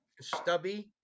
Stubby